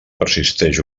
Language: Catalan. persisteix